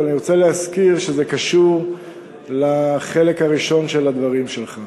אבל אני רוצה להזכיר שזה קשור לחלק הראשון של הדברים שלך.